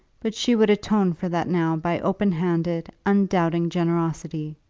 but she would atone for that now by open-handed, undoubting generosity.